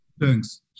Thanks